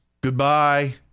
goodbye